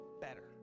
better